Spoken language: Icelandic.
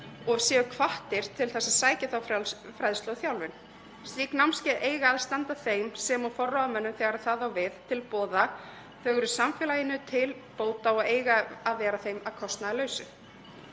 og séu hvattir til þess að sækja þá fræðslu og þjálfun. Slík námskeið eiga að standa þeim, sem og forráðamönnum þegar það á við, til boða, þau eru samfélaginu til bóta og eiga að vera þeim að kostnaðarlausu.